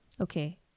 Okay